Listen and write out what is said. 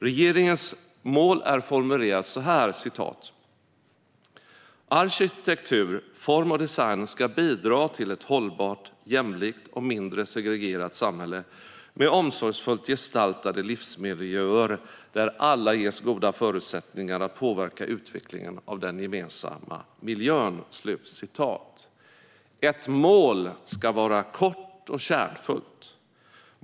Regeringens mål är formulerat så här: "Arkitektur, form och design ska bidra till ett hållbart, jämlikt och mindre segregerat samhälle med omsorgsfullt gestaltade livsmiljöer, där alla ges goda förutsättningar att påverka utvecklingen av den gemensamma miljön." Ett mål ska vara kort och kärnfullt.